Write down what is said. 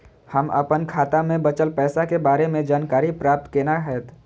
हम अपन खाता में बचल पैसा के बारे में जानकारी प्राप्त केना हैत?